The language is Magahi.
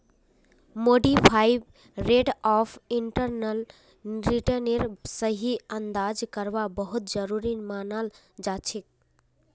मॉडिफाइड रेट ऑफ इंटरनल रिटर्नेर सही अंदाजा करवा बहुत जरूरी मनाल जाछेक